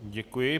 Děkuji.